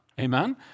Amen